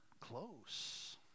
close